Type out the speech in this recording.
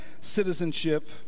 citizenship